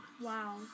Wow